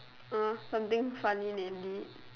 uh something funny lately